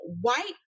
white